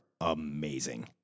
amazing